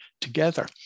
together